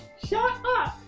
shut up!